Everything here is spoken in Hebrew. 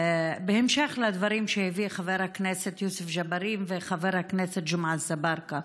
בהמשך לדברים שהביאו חבר הכנסת יוסף ג'בארין וחבר הכנסת ג'מעה אזברגה,